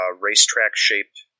racetrack-shaped